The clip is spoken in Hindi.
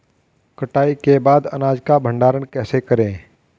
कटाई के बाद अनाज का भंडारण कैसे करें?